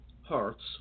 hearts